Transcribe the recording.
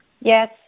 Yes